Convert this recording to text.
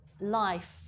life